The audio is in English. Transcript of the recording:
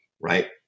right